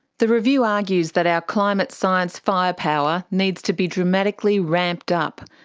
the review argues that our climate science firepower needs to be dramatically ramped up,